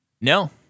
No